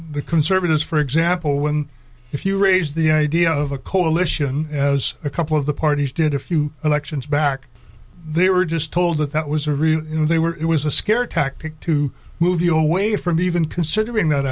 the conservatives for example when if you raise the idea of a coalition as a couple of the parties did a few elections back they were just told that that was a really you know they were it was a scare tactic to move you away from even considering that